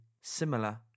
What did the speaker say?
similar